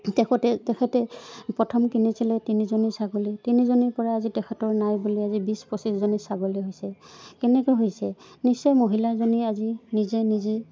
তেখেতে তেখেতে প্ৰথম কিনিছিলে তিনিজনী ছাগলী তিনিজনীৰপৰা আজি তেখেতৰ নাই বুলি আজি বিছ পঁচিছজনী ছাগলী হৈছে কেনেকৈ হৈছে নিশ্চয় মহিলাজনী আজি নিজে নিজে